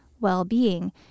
well-being